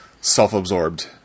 self-absorbed